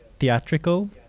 Theatrical